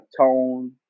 tone